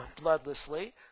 bloodlessly